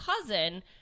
cousin